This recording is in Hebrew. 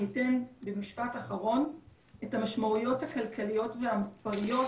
אני אתן במשפט אחרון את המשמעויות הכלכליות והמספריות